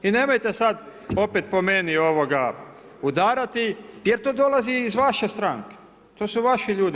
I nemojte sada opet po meni udarati jer to dolazi iz vaše stranke, to su vaši ljudi